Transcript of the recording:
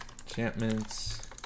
enchantments